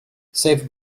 save